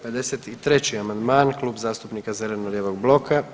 53. amandman Klub zastupnika zeleno-lijevog bloka.